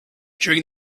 during